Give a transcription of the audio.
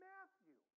Matthew